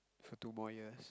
for two more years